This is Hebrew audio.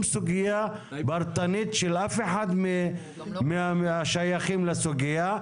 סוגיה פרטנית של אף אחד מהשייכים לסוגיה.